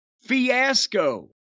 fiasco